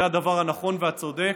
זה הדבר הנכון והצודק.